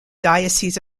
diocese